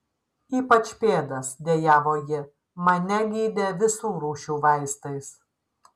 ypač pėdas dejavo ji mane gydė visų rūšių vaistais